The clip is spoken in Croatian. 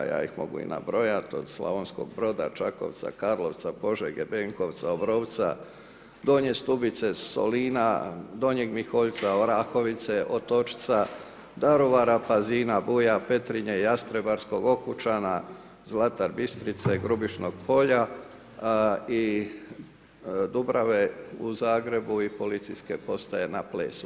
Ja ih mogu i nabrojati, od Slavonskog Broda, Čakovca, Karlovca, Požege, Benkovca, Obrovca, Donje Stubice, Solina, Donjeg Miholjca, Orahovice, Otočca, Daruvara, Pazina, Buja, Petrinje, Jastrebarskog, Okućena, Zlatar Bistrice, Grubišnog Polja i Dubrave u Zagrebu i policijske postaje na Plesu.